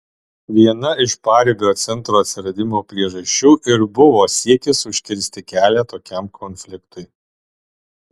viena iš paribio centro atsiradimo priežasčių ir buvo siekis užkirsti kelią tokiam konfliktui